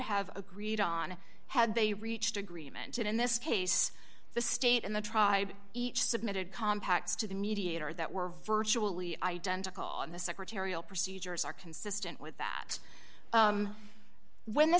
have agreed on had they reached agreement and in this case the state and the tribe each submitted compacts to the mediator that were virtually identical and the secretarial procedures are consistent with that when the